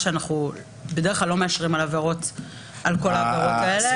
ואנחנו בדרך כלל לא מאשרים אותה על כל העבירות האלה.